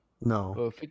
No